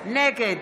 נגד